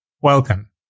Welcome